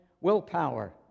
willpower